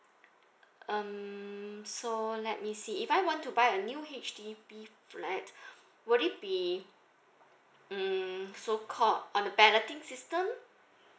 um so let me see if I want to buy a new H_D_B flat would it be mm so called on the balloting system